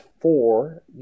four